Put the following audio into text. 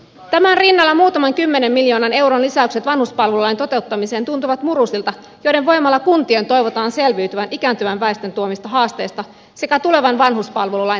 tämän rinnalla muutaman kymmenen miljoonan euron lisäykset vanhuspalvelulain toteuttamiseen tuntuvat murusilta joiden voimalla kuntien toivotaan selviytyvän ikääntyvän väestön tuomista haasteista sekä tulevan vanhuspalvelulain toimeenpanosta